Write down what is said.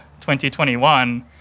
2021